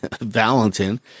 Valentin